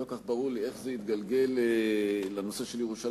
לא כל כך ברור לי איך זה התגלגל לנושא של ירושלים,